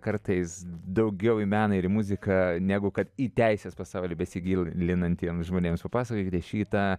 kartais daugiau į meną ir į muziką negu kad į teisės pasaulį besigilinantiems žmonėms papasakokite šį tą